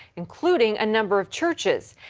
including a number of churches.